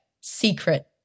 secret